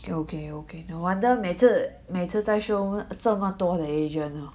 okay okay no wonder 每次每次在 showroom 这么多的 agent loh